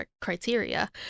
criteria